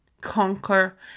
Conquer